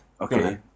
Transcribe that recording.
Okay